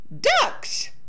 Ducks